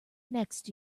next